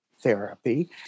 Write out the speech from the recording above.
therapy